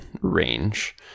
range